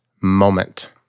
moment